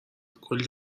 کلّی